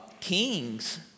kings